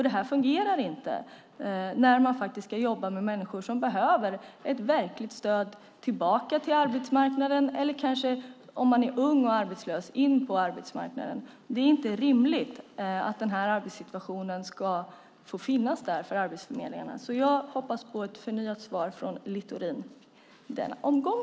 Det fungerar inte när man ska jobba med människor som behöver ett verkligt stöd för att komma tillbaka till arbetsmarknaden - eller kanske in på arbetsmarknaden, om man är ung och arbetslös. Det är inte rimligt att den här arbetssituationen ska få finnas för arbetsförmedlingarna. Jag hoppas på ett förnyat svar från Littorin i denna omgång.